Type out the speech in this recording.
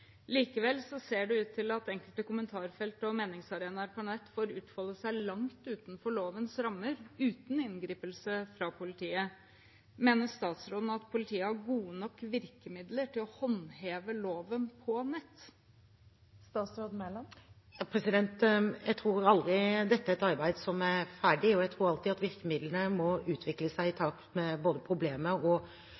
Likevel ser det ut til at enkelte kommentarfelt og meningsarenaer på nett får utfolde seg langt utenfor lovens rammer, uten inngripen fra politiet. Mener statsråden at politiet har gode nok virkemidler til å håndheve loven på nett? Jeg tror aldri dette er et arbeid som er ferdig, og jeg tror virkemidlene alltid må utvikle seg i